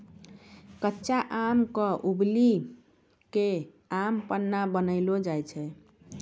कच्चा आम क उबली कॅ आम पन्ना बनैलो जाय छै